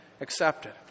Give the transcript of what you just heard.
accepted